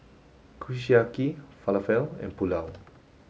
Kushiyaki Falafel and Pulao